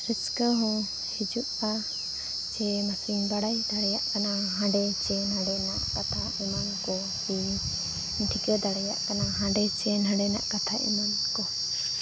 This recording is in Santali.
ᱨᱟᱹᱥᱠᱟᱹ ᱦᱚᱸ ᱦᱤᱡᱩᱜᱼᱟ ᱪᱮ ᱱᱟᱥᱮᱧ ᱵᱟᱲᱟᱭ ᱫᱟᱲᱮᱭᱟᱜ ᱠᱟᱱᱟ ᱦᱟᱸᱰᱮ ᱪᱮ ᱱᱟᱸᱰᱮᱱᱟᱜ ᱠᱟᱛᱷᱟ ᱮᱢᱟᱱ ᱠᱚ ᱥᱮᱧ ᱴᱷᱤᱠᱟᱹ ᱫᱟᱲᱮᱭᱟᱜ ᱠᱟᱱᱟ ᱦᱟᱸᱰᱮ ᱥᱮ ᱱᱟᱸᱰᱮᱱᱟᱜ ᱠᱟᱛᱷᱟ ᱮᱢᱟᱱ ᱠᱚ